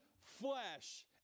flesh